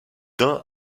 d’un